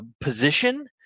position